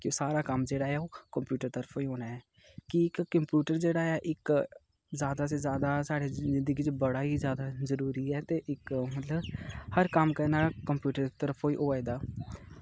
कि सारा कम्म जेह्ड़ा ऐ ओह् कंप्यूटर दी तरफा होई जाना ऐ कि कंप्यूटर जेह्ड़ा ऐ इक ज्यादा से ज्यादा साढ़ी जिंदगी बिच्च बड़ा ई ज्यादा जरूरी ऐ ते इक मतलब हर कम्म करना कंपयूटर दी तरफा ई होआ दा